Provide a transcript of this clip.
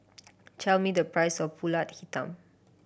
tell me the price of Pulut Hitam